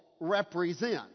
represent